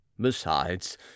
Besides